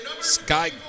Sky